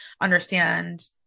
understand